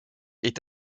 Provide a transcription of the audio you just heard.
est